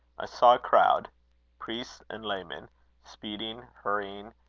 i saw a crowd priests and laymen speeding, hurrying,